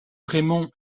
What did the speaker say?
raymond